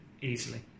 easily